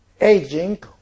aging